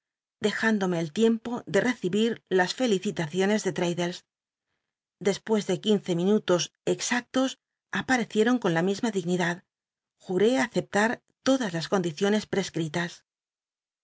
indomc el tiempo de recibit las l'cli itaciones de tmddles lkspues de quince minutos exactos apatccicton con la misma dignidad juré accpt ll todas las condiciones